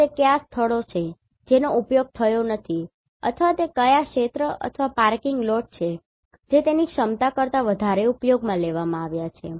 અને તે કયા સ્થળો છે જેનો ઉપયોગ થયો નથી અથવા તે કયા ક્ષેત્ર અથવા પાર્કિંગ લોટ છે જે તેની ક્ષમતા કરતા વધારે ઉપયોગમાં લેવામાં આવ્યા છે